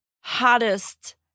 hottest